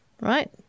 right